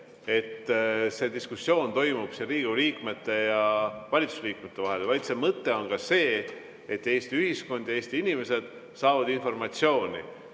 et toimuks diskussioon Riigikogu liikmete ja valitsusliikmete vahel, vaid selle mõte on ka see, et Eesti ühiskond ja Eesti inimesed saaksid informatsiooni.